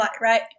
right